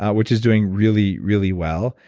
ah which is doing really, really well.